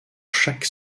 chaque